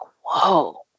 whoa